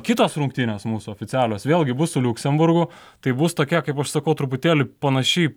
kitos rungtynės mūsų oficialios vėlgi bus su liuksemburgu tai bus tokia kaip aš sakau truputėlį panaši į